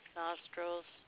nostrils